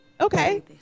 Okay